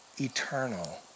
eternal